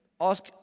ask